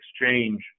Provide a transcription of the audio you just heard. exchange